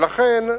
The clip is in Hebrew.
ולכן,